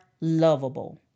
lovable